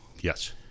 Yes